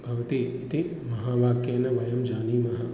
भवति इति महावाक्येन वयं जानीमः